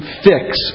fix